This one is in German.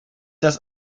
das